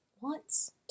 wants